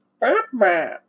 Batman